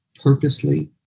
purposely